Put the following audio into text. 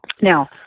Now